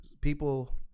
people